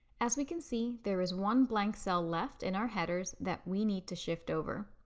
as we can see, there is one blank cell left in our headers that we need to shift over.